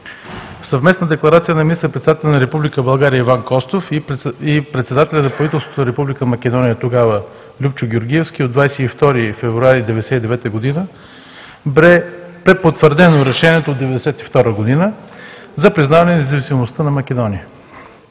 В съвместна Декларация на министър-председателя на Република България Иван Костов и председателя на правителството на Република Македония – тогава Любчо Георгиевски, от 22 февруари 1999 г. бе препотвърдено решението от 1992 г. за признаване независимостта на Македония.